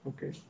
Okay